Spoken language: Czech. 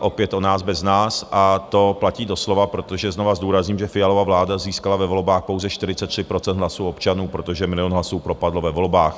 opět o nás bez nás, a to platí doslova, protože znova zdůrazním, že Fialova vláda získala ve volbách pouze 43 % hlasů občanů, protože milion hlasům propadl ve volbách.